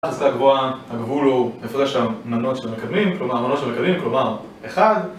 הסטה הגבוהה, הגבול הוא, איפה יש שם מנות של מקדמים? כלומר, מנות של מקדמים, כלומר, אחד